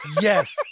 Yes